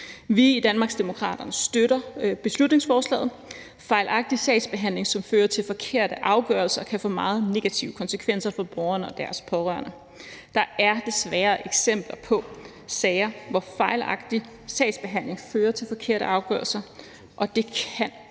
Vi i Danmarksdemokraterne støtter beslutningsforslaget. Fejlagtig sagsbehandling, som fører til forkerte afgørelser, kan få meget negative konsekvenser for borgeren og dennes pårørende. Der er desværre eksempler på sager, hvor fejlagtig sagsbehandling fører til forkerte afgørelser, og det kan have